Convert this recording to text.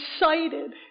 excited